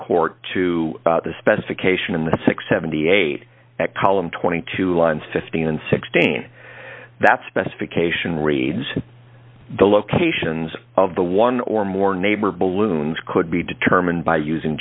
court to the specification in the six hundred and seventy eight at column twenty two lines fifteen and sixteen that specification reads the locations of the one or more neighbor balloons could be determined by using